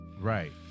Right